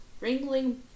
Ringling